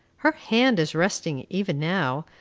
her hand is resting, even now,